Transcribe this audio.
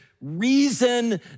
reason